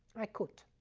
i quote,